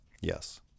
Yes